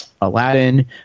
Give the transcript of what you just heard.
Aladdin